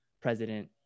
president